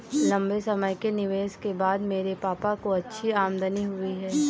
लंबे समय के निवेश के बाद मेरे पापा को अच्छी आमदनी हुई है